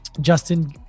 Justin